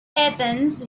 athens